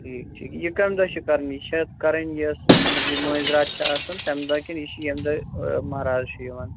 ٹھیٖک ٹھیٖک یہِ کَمہِ دۄہ چھِ کَرٕنۍ یہِ چھِ کَرٕنۍ یۄس مہنٛدی مٲنٛزرات چھِ آسان تَمہِ دۄہ کِنہٕ یہِ چھِ ییٚمہِ دۄہ مہراز چھُ یِوان